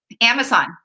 Amazon